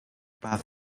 birth